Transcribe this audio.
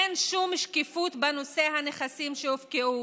אין שום שקיפות בנושא הנכסים שהופקעו.